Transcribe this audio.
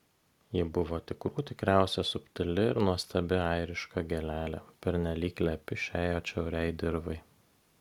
ji buvo tikrų tikriausia subtili ir nuostabi airiška gėlelė pernelyg lepi šiai atšiauriai dirvai